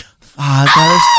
Father